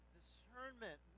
discernment